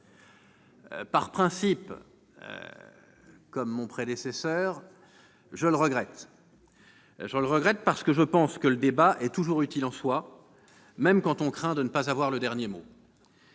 Par principe, comme l'orateur précédent, je le regrette, parce que je pense que le débat est toujours utile en soi, même quand on craint de ne pas avoir le dernier mot.